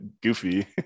Goofy